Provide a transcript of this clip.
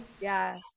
Yes